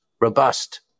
robust